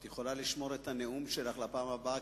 את יכולה לשמור את הנאום שלך לפעם הבאה,